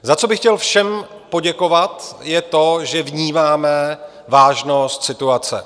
Za co bych chtěl všem poděkovat, je to, že vnímáme vážnost situace.